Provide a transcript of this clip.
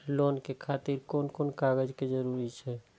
Loan के खातिर कोन कोन कागज के जरूरी छै?